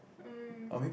mm